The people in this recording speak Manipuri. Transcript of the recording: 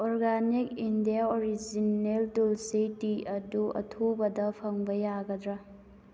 organic India original Tulsi tea ꯑꯗꯨ ꯑꯊꯨꯕꯗ ꯐꯪꯕ ꯌꯥꯒꯗ꯭ꯔ